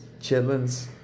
chitlins